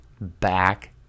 Back